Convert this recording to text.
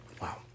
Wow